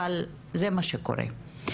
אבל זה מה שקורה.